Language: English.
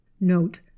Note